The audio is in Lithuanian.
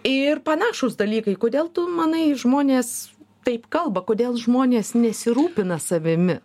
ir panašūs dalykai kodėl tu manai žmonės taip kalba kodėl žmonės nesirūpina savimi